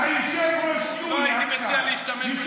לא הייתי מציע להשתמש בביטויים כאלה.